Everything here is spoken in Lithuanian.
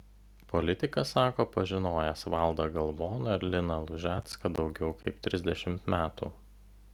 politikas sako pažinojęs valdą galvoną ir liną lužecką daugiau kaip trisdešimt metų